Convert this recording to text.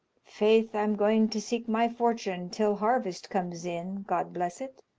faith, i'm going to seek my fortune till harvest comes in, god bless it!